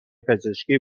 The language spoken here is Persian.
پزشکی